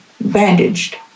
bandaged